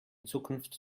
zukunft